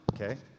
okay